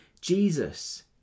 Jesus